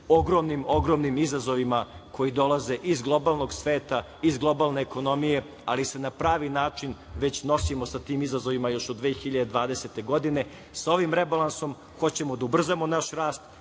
ogromnim, ogromnim izazovima koji dolaze iz globalnog sveta, iz globalne ekonomije, ali se na pravi način već nosimo sa tim izazovima još od 2020. godine. Sa ovim rebalansom hoćemo da ubrzamo naš rast,